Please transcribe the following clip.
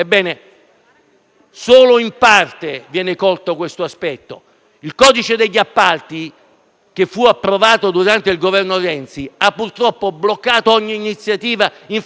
solo in parte viene colto questo aspetto. Il codice degli appalti, che fu approvato durante il Governo Renzi, ha purtroppo bloccato ogni iniziativa infrastrutturale;